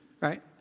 Right